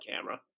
camera